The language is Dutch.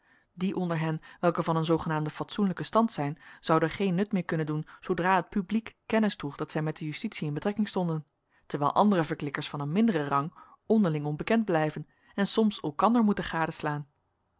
die onder hen welke van een zoogenaamden fatsoenlijken stand zijn zouden geen nut meer kunnen doen zoodra het publiek kennis droeg dat zij met de justitie in betrekking stonden terwijl andere verklikkers van een minderen rang onderling onbekend blijven en soms elkander moeten